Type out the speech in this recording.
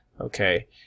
okay